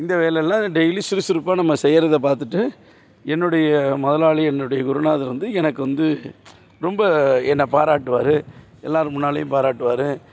இந்த வேலைல்லாம் டெய்லி சுறுசுறுப்பாக நம்ம செய்கிறதப் பார்த்துட்டு என்னுடைய முதலாளி என்னுடைய குருநாதர் வந்து எனக்கு வந்து ரொம்ப என்ன பாராட்டுவார் எல்லாரு முன்னாலையும் பாராட்டுவார்